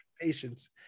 patience